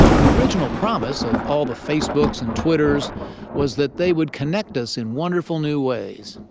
the original promise of all the facebooks and twitters was that they would connect us in wonderful new ways.